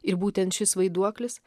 ir būtent šis vaiduoklis